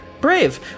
Brave